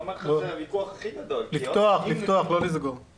דרך אגב, לא בטוח שזה נכון.